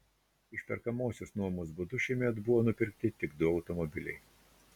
išperkamosios nuomos būdu šiemet buvo nupirkti tik du automobiliai